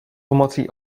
pomocí